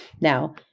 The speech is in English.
Now